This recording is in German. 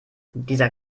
dieser